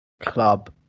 club